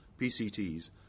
PCTs